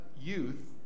youth